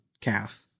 calf